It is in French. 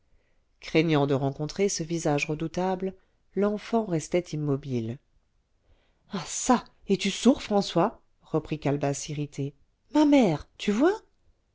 craignant de rencontrer ce visage redoutable l'enfant restait immobile ah çà es-tu sourd françois reprit calebasse irritée ma mère tu vois